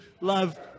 love